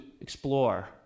explore